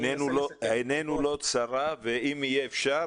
עינינו לא צרה ואם יהיה אפשר,